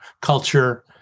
culture